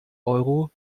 euro